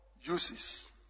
uses